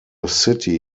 city